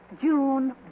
June